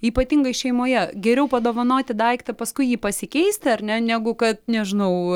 ypatingai šeimoje geriau padovanoti daiktą paskui jį pasikeisti ar ne negu kad nežinau